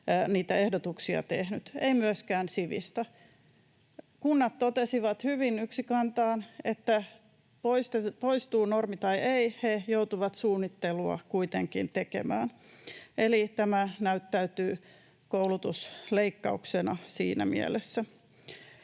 niitä ehdotuksia tehnyt, ei myöskään Sivista. Kunnat totesivat hyvin yksikantaan, että poistuu normi tai ei, he joutuvat suunnittelua kuitenkin tekemään, eli tämä näyttäytyy koulutusleikkauksena siinä mielessä.